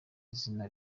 izina